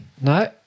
No